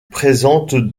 présentent